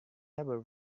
never